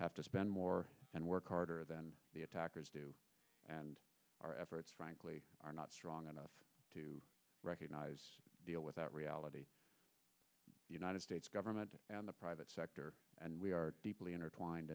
have to spend more and work harder than the attackers do and our efforts frankly are not strong enough to recognize deal with that reality the united states government and the private sector and we are deeply intertwined